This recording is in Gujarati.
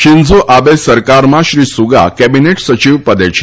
શિન્ઝો આબે સરકારમાં શ્રી સુગા કેબિનેટ સચિવ પદે છે